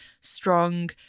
strong